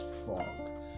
strong